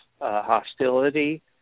hostility